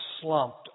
slumped